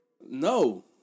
No